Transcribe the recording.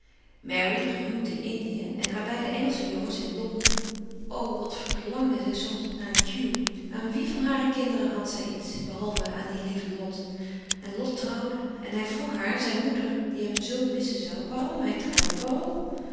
mary gehuwd in indië en haar beide engelsche jongens in londen o wat verlàngde zij soms naar hugh aan wie van hare kinderen had zij iets behalve aan dien lieven lot en lot trouwde en hij vroeg haar zijn moeder die hem zoo missen zoû waarom hij trouwde waarom